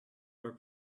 were